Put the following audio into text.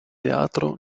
teatro